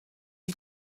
you